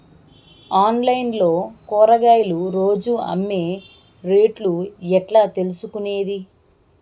Online లో కూరగాయలు రోజు అమ్మే రేటు ఎట్లా తెలుసుకొనేది?